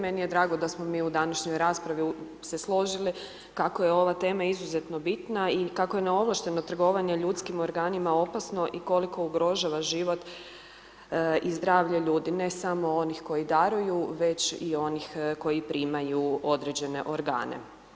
Meni je drago da smo mi u današnjoj raspravi se složili kako je ova tema izuzetna bitna i kako je neovlašteno trgovine ljudskim organima opasno i koliko ugrožava život i zdravlja ljudi, ne samo onih koji daruju, već i onih koji primaju određene organe.